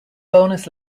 bonus